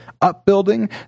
upbuilding